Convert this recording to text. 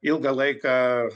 ilgą laiką